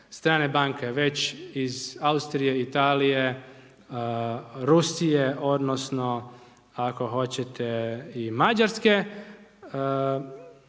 strane banke, već iz Austrije, Italije, Rusije, odnosno, ako hoćete i Mađarske,